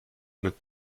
einen